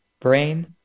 brain